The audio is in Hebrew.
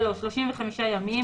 (3)35 ימים,